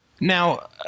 Now